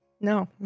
no